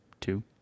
two